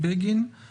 זו בעצם התשובה.